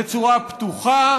בצורה פתוחה.